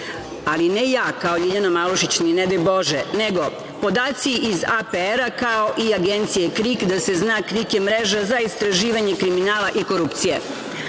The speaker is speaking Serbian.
ali ne ja kao Ljiljana Malušić, ne daj bože, nego podaci iz APR-a, kao i Agencije KRIK, da se zna, KRIK je mreža za istraživanje kriminala i korupcije. Idemo